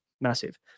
Massive